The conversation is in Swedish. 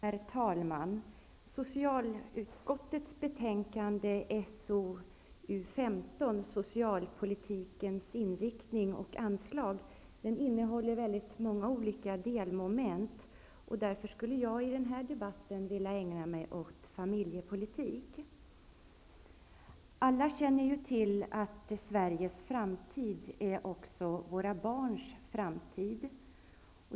Herr talman! Socialutskottets betänkande SoU15 Socialpolitik -- inriktning och anslag innehåller väldigt många olika delmoment. Jag skulle vilja i denna debatt ägna mig åt familjepolitiken. Alla känner ju till att Sveriges framtid är också våra barns framtid.